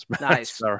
Nice